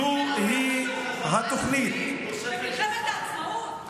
זה מלחמת העצמאות.